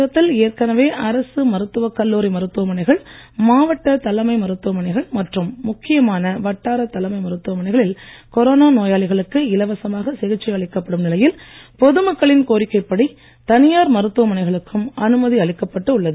தமிழகத்தில் ஏற்கனவே அரசு மருத்துவக் கல்லூரி மருத்துவமனைகள் மாவட்ட தலைமை மருத்துவமனைகள் மற்றும் மருத்துவமனைகளில் கொரோனா நோயாளிகளுக்கு இலவசமாக சிகிச்சை அளிக்கப்படும் நிலையில் பொது மக்களின் கோரிக்கைப்படி தனியார் மருத்துவமனைகளுக்கும் அனுமதி அளிக்கப்பட்டு உள்ளது